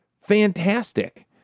fantastic